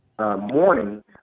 Morning